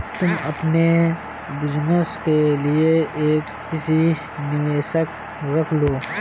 तुम अपने बिज़नस के लिए एक निजी निवेशक रख लेना